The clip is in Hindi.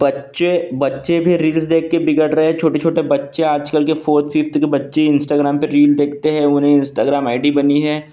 बच्चे बच्चे भी रिल्स देख कर बिगड़ रहे छोटे छोटे बच्चे आजकल के फोर्थ फिफ्त के बच्चे इंस्टागराम पर रील देखते हैं उन्हे इंस्टागराम आई डी बनी है